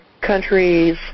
countries